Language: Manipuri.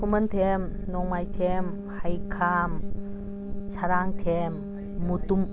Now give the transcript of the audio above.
ꯈꯨꯃꯟꯊꯦꯝ ꯅꯣꯡꯃꯥꯏꯊꯦꯝ ꯍꯩꯈꯥꯝ ꯁꯔꯥꯡꯊꯦꯝ ꯃꯨꯇꯨꯝ